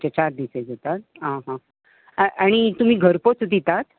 अच्छा चार दीस हे जाता आनी तुमी घरपोच दितात